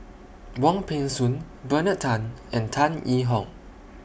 Wong Peng Soon Bernard Tan and Tan Yee Hong